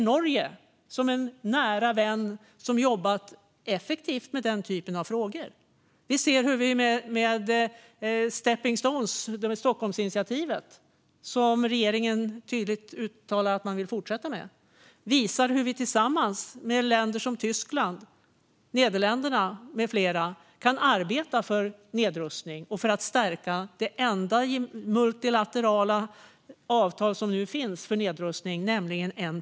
Norge är en nära vän som har jobbat effektivt med sådana frågor. Genom Stockholmsinitiativets stepping stones, som regeringen uttalat att man vill fortsätta med, visar vi hur vi tillsammans med Tyskland, Nederländerna med flera kan arbeta för nedrustning och för att stärka det enda multilaterala avtal som finns för nedrustning, NPT.